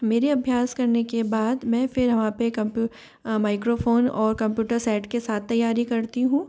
मेरे अभ्यास करने के बाद मैं फिर वहाँ पर कंप्यू माइक्रोफ़ोन और कंप्यूटर सेट के साथ तैयारी करती हूँ